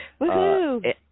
Woohoo